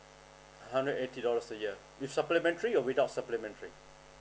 hundred eighty dollars a year with supplementary or without supplementary